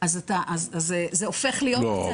אז זה הופך להיות קצת --- לא,